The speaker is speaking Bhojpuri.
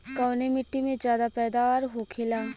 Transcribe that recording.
कवने मिट्टी में ज्यादा पैदावार होखेला?